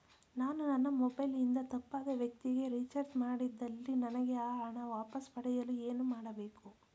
ನಾನು ನನ್ನ ಮೊಬೈಲ್ ಇಂದ ತಪ್ಪಾದ ವ್ಯಕ್ತಿಗೆ ರಿಚಾರ್ಜ್ ಮಾಡಿದಲ್ಲಿ ನನಗೆ ಆ ಹಣ ವಾಪಸ್ ಪಡೆಯಲು ಏನು ಮಾಡಬೇಕು?